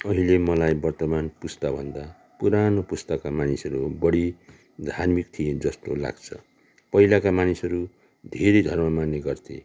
अहिले मलाई वर्तमान पुस्ताभन्दा पुरानो पुस्ताका मानिसहरू बढी धार्मिक थिए जस्तो लाग्छ पहिलाका मानिसहरू धेरै धर्म मान्ने गर्थे